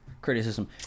criticism